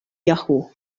yahoo